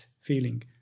feeling